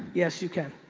yes, you can.